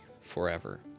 forever